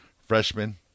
freshman